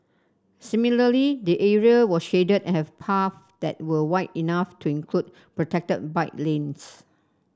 similarly the area was shaded and had paths that were wide enough to include protected bike lanes